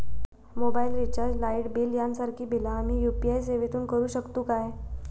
Mobile recharge, light bill यांसारखी बिला आम्ही यू.पी.आय सेवेतून करू शकतू काय?